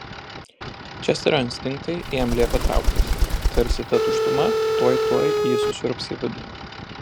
česterio instinktai jam liepė trauktis tarsi ta tuštuma tuoj tuoj jį susiurbs į vidų